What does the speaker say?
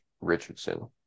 Richardson